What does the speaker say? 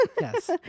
Yes